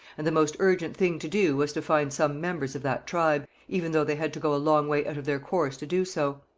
and the most urgent thing to do was to find some members of that tribe, even though they had to go a long way out of their course to do so.